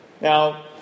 Now